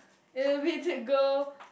it will be to go